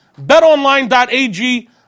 BetOnline.ag